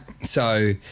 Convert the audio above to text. So-